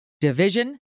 division